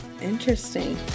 interesting